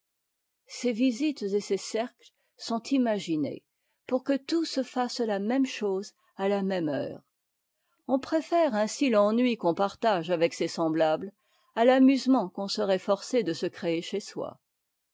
ces visites et ces cercles sont imaginés pour que tous fassent la même chose à la même heure on préfère ainsi l'ennui qu'on partage avec ses semblables à t'amûsement qu'on serait forcé de se créer chez soi